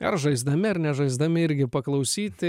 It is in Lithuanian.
ar žaisdami ar nežaisdami irgi paklausyti